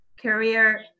career